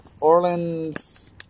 Orleans